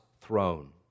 throne